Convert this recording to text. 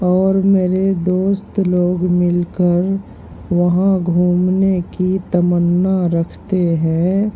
اور میرے دوست لوگ مل کر وہاں گھومنے کی تمنا رکھتے ہیں